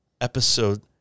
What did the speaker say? episode